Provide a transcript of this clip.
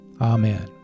Amen